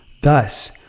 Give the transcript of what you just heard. Thus